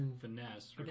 finesse